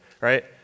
right